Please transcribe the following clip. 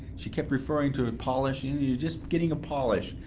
she kept referring to polishing you're just getting a polish.